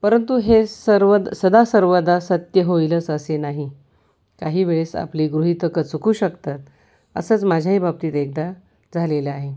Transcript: परंतु हे सर्व सदासर्वदा सत्य होईलच असे नाही काही वेळेस आपली गृहितकं चुकू शकतात असंच माझ्याही बाबतीत एकदा झालेलं आहे